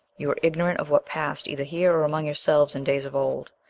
you are ignorant of what passed either here or among yourselves in days of old.